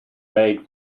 made